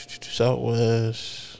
Southwest